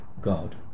God